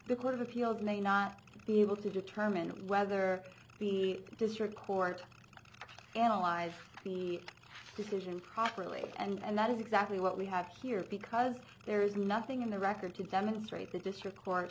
the court of appeals may not be able to determine whether the district court analyzed the decision properly and that is exactly what we have here because there is nothing in the record to demonstrate the district court